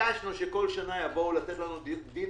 ביקשנו שבכל שנה יבואו לתת לנו דין